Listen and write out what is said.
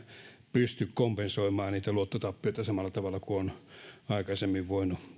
pysty kompensoimaan niitä luottotappioita samalla tavalla kuin on aikaisemmin voinut